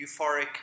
euphoric